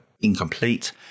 incomplete